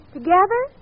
Together